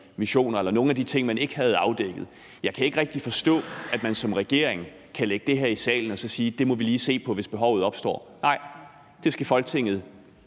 eller nogle af de ting, man ikke havde afdækket. Jeg kan ikke rigtig forstå, at man som regering kan fremsætte det her i salen og så sige: Det må vi lige se på, hvis behovet opstår. Nej, det skal Folketinget